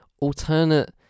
alternate